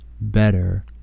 better